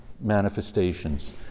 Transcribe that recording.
manifestations